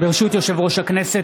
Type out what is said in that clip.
ברשות יושב-ראש הכנסת,